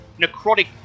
Necrotic